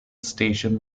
station